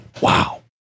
wow